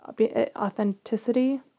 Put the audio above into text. Authenticity